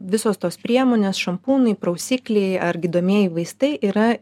visos tos priemonės šampūnai prausikliai ar gydomieji vaistai yra